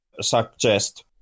suggest